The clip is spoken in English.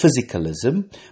physicalism